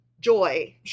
Joy